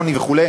עוני וכו',